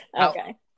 Okay